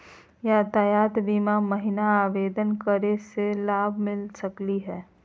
यातायात बीमा महिना आवेदन करै स की लाभ मिलता सकली हे?